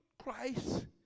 Christ